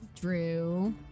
drew